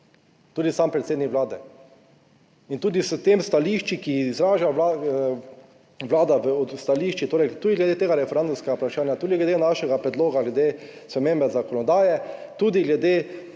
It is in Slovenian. tudi sam predsednik Vlade. In tudi s temi stališči, ki jih izraža vlada v stališčih, torej tudi glede tega referendumskega vprašanja, tudi glede našega predloga glede spremembe zakonodaje, tudi glede